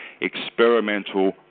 experimental